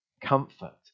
comfort